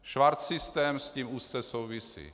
Švarcsystém s tím úzce souvisí.